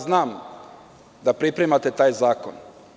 Znam da pripremate taj zakon.